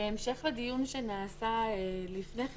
יש לי שאלה בהמשך לדיון שנעשה לפני כן